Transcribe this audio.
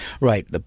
Right